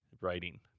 writing